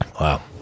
Wow